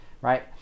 right